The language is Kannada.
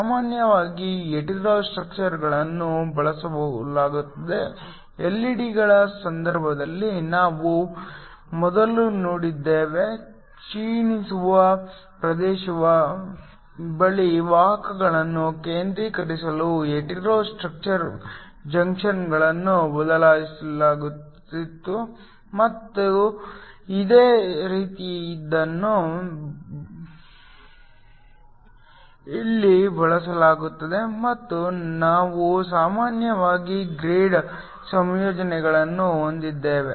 ಸಾಮಾನ್ಯವಾಗಿ ಹೆಟೆರೊ ಸ್ಟ್ರಕ್ಚರ್ಗಳನ್ನು ಬಳಸಲಾಗುತ್ತದೆ ಎಲ್ಇಡಿಗಳ ಸಂದರ್ಭದಲ್ಲಿ ನಾವು ಮೊದಲು ನೋಡಿದ್ದೇವೆ ಕ್ಷೀಣಿಸುವ ಪ್ರದೇಶದ ಬಳಿ ವಾಹಕಗಳನ್ನು ಕೇಂದ್ರೀಕರಿಸಲು ಹೆಟೆರೊ ಸ್ಟ್ರಕ್ಚರ್ ಜಂಕ್ಷನ್ಗಳನ್ನು ಬಳಸಲಾಗುತ್ತಿತ್ತು ಮತ್ತು ಇದೇ ರೀತಿಯದ್ದನ್ನು ಇಲ್ಲಿ ಬಳಸಲಾಗುತ್ತದೆ ಮತ್ತು ನಾವು ಸಾಮಾನ್ಯವಾಗಿ ಗ್ರೇಡ್ ಸಂಯೋಜನೆಗಳನ್ನು ಹೊಂದಿದ್ದೇವೆ